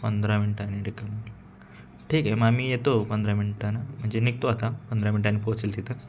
पंधरा मिनटांनी रिकामी होईल ठीक आहे मग आम्ही येतो पंधरा मिनटांनी म्हणजे निघतो आता पंधरा मिनटांनी पोचेल तिथं